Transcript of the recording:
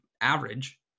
average